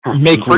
make